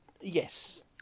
Yes